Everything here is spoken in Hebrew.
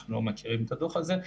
אנחנו לא מכירים את הדוח הזה,